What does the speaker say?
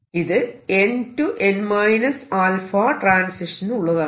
ഇത് n → n ⍺ ട്രാൻസിഷനുള്ളതാണ്